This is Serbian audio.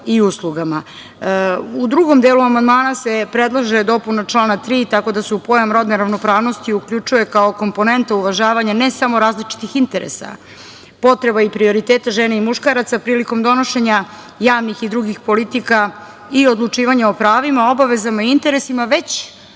i uslugama.U drugom delu amandmana se predlaže dopuna člana 3. tako da se pojam rodne ravnopravnosti uključuje kao komponenta uvažavanja, ne samo različitih interesa, potreba prioriteta žena i muškaraca, prilikom donošenja javnih i drugih politika, i odlučivanje o pravima, obavezama i interesima, već